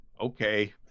Okay